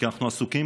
כי אנחנו עסוקים